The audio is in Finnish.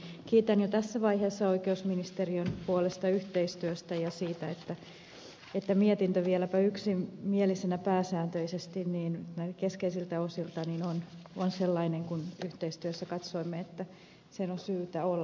kiitän jo tässä vaiheessa oikeusministeriön puolesta yhteistyöstä ja siitä että mietintö vieläpä yksimielisenä pääsääntöisesti keskeisiltä osilta on sellainen kuin yhteistyössä katsoimme että sen on syytä olla